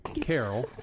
carol